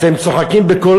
אתם צוחקים בקול,